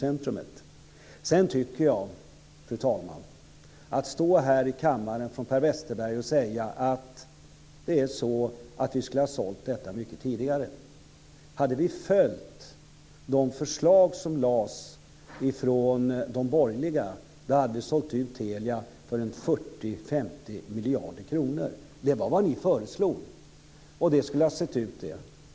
Per Westerberg står här i kammaren och säger att vi skulle ha sålt detta mycket tidigare. Om vi hade följt de förslag som lades fram från de borgerliga hade vi sålt ut Telia för 40-50 miljarder kronor. Det var vad ni föreslog. Det skulle ha sett ut.